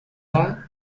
the